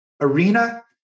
Arena